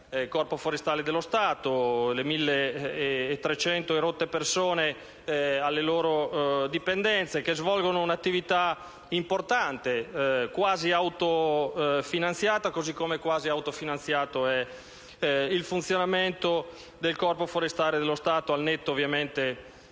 al Corpo forestale dello Stato e le oltre 1.300 persone alle loro dipendenze, che svolgono un'attività importante, che è quasi autofinanziata, così come è quasi autofinanziato il funzionamento del Corpo forestale dello Stato, al netto ovviamente degli